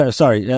sorry